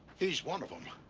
he's one of them.